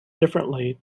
differently